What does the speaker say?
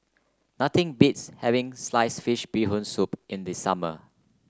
nothing beats having Sliced Fish Bee Hoon Soup in the summer